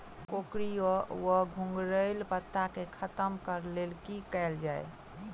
कोकरी वा घुंघरैल पत्ता केँ खत्म कऽर लेल की कैल जाय?